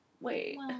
wait